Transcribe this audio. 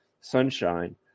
sunshine